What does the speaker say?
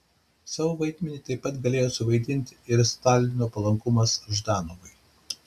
savo vaidmenį taip pat galėjo suvaidinti ir stalino palankumas ždanovui